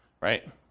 right